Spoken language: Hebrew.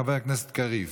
חבר הכנסת קריב,